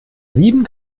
sieben